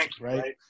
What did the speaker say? right